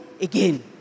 again